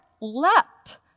leapt